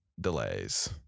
delays